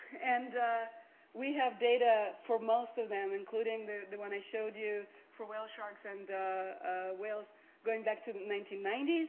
and we have data for most of them, including the the one that i showed you for whale sharks and whales going back to nineteen ninety s.